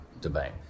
debate